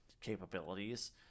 capabilities